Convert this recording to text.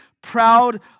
proud